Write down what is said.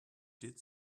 did